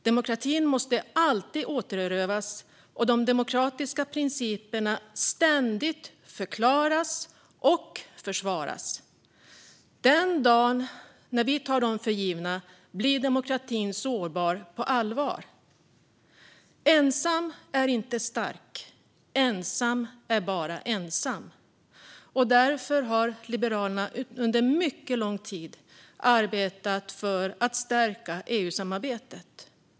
Demokratin måste alltid återerövras och de demokratiska principerna ständigt förklaras och försvaras. Den dag vi tar dem för givna blir demokratin sårbar på allvar. Ensam är inte stark; ensam är bara ensam. Därför har Liberalerna under mycket lång tid arbetat för att stärka EU-samarbetet.